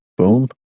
Boom